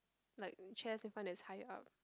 like the chairs in front that's high up